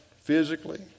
physically